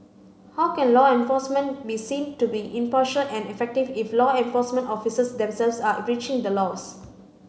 how can law enforcement be seen to be impartial and effective if law enforcement officers themselves are breaching the laws